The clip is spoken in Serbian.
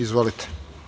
Izvolite.